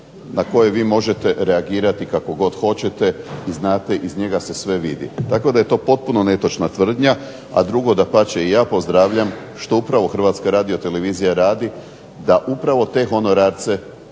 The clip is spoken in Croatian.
na koje vi možete reagirati kako hoćete i znate iz njega se sve vidi. Tako da je to potpuno netočna tvrdnja. A drugo, dapače i ja pozdravljam što upravo Hrvatska radiotelevizija radi da upravo te honorarce